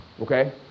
Okay